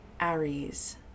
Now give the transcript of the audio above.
Aries